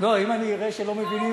אם אני אראה שלא מבינים,